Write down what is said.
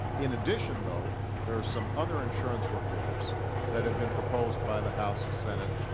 in addition, though, there are some other insurance reforms that have been proposed by the house and senate